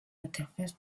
interface